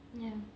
ya